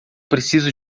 preciso